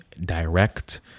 direct